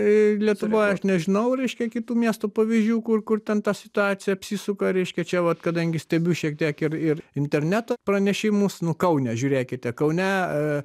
lietuvoj aš nežinau reiškia kitų miestų pavyzdžių kur kur ten ta situacija apsisuka reiškia čia vat kadangi stebiu šiek tiek ir ir interneto pranešimus nu kaune žiūrėkite kaune